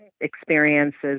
Experiences